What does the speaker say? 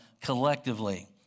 collectively